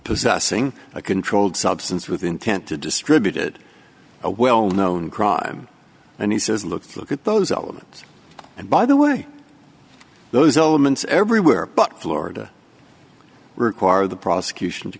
possessing a controlled substance with intent to distribute it a well known crime and he says looks look at those elements and by the way those elements everywhere but florida require the prosecution to